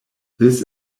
this